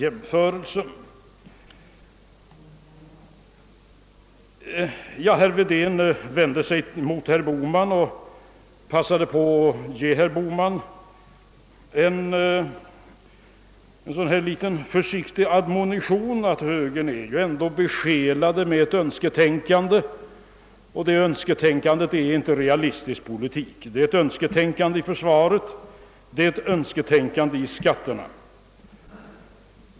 Herr Wedén vände sig mot herr Bohman och passade på att ge honom en liten försiktig admonition; han sade att högern är besjälad av ett önsketänkande när det gäller försvaret och när det gäller skatterna, och detta önsketänkande är inte realistiskt.